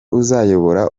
uzayobora